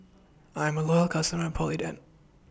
I'm A Loyal customer Polident